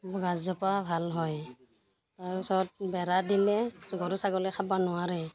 গাছজোপা ভাল হয় তাৰপিছত বেৰা দিলে গৰু ছাগলীয়ে খাব নোৱাৰে